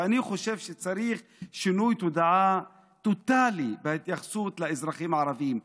ואני חושב שצריך שינוי תודעה טוטלי בהתייחסות לאזרחים הערבים.